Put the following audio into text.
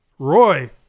Roy